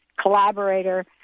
collaborator